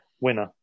winner